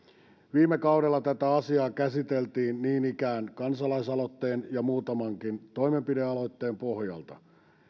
viime kaudella tätä asiaa käsiteltiin niin ikään kansalaisaloitteen ja muutamankin toimenpidealoitteen pohjalta